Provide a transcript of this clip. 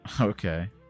Okay